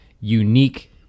unique